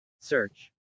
Search